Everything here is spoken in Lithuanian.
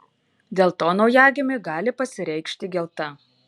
dėl to naujagimiui gali pasireikšti gelta